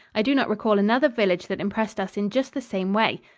i do not recall another village that impressed us in just the same way.